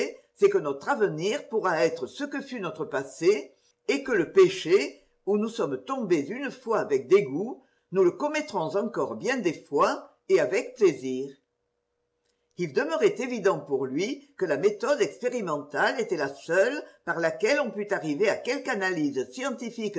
c'est que notre avenir pourra être ce que fut notre passé et que le péché où nous sommes tombés une fois avec dégoût nous le commettrons encore bien des fois et avec plaisir il demeurait évident pour lui que la méthode expérimentale était la seule par laquelle on pût arriver à quelque analyse